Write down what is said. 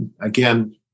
again